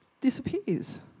disappears